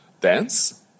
dance